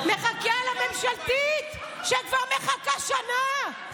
נחכה לממשלתית, שכבר מחכה שנה.